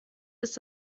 ist